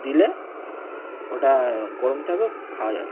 দিলে ওটা গরম থাকবে খাওয়া যাবে